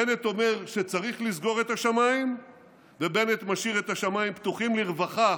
בנט אומר שצריך לסגור את השמיים ובנט משאיר את השמיים פתוחים לרווחה